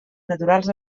naturals